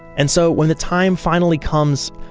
and so when the time finally comes,